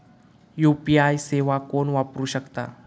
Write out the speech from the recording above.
UPI सेवा कोण वापरू शकता?